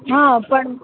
हां पण